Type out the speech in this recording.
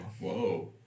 whoa